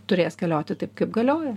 turės galioti taip kaip galioja